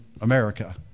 America